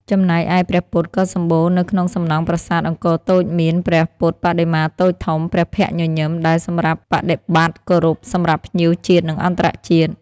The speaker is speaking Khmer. ចំណែកឯព្រះពុទ្ធក៏សំបូរនៅក្នុងសំណង់ប្រាសាទអង្គរតូចមាន ព្រះពុទ្ធបដិមាតូចធំព្រះភ័ក្ត្រញញឹមដែលសម្រាប់បដិប័ត្រគោរពសម្រាប់ភ្ញៀវជាតិនិងអន្តរជាតិ់។